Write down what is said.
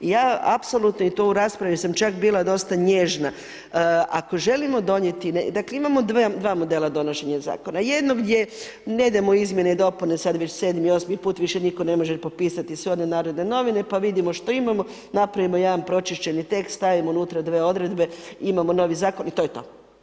Ja apsolutno i to u raspravi sam čak bila dosta nježna, ako želimo donijeti dakle imamo dva modela donošenja zakona, jedan je ne idemo u izmjene i dopune sada već sedmi, osmi put više niko ne može popisati sve one Narodne novine pa vidimo što imamo, napravimo jedan pročišćeni tekst stavimo unutra dve odredbe imamo novi zakon i to je to.